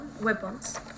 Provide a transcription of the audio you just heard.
weapons